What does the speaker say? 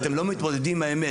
כי אתם לא מתמודדים עם האמת.